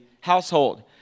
household